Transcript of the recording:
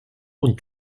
und